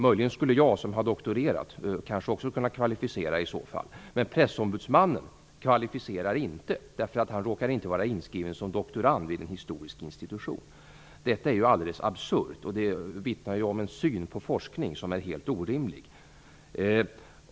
Möjligen skulle jag, som har doktorerat, kunna kvalificera mig, men pressombudsmannen kvalificerar sig inte, därför att han råkar inte vara inskriven som doktorand vid en historisk institution. Detta är helt absurt, och det vittnar om en syn på forskning som är helt orimlig.